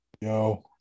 Yo